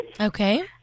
Okay